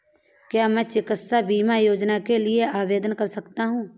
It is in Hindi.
क्या मैं चिकित्सा बीमा योजना के लिए आवेदन कर सकता हूँ?